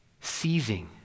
seizing